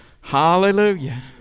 Hallelujah